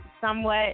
somewhat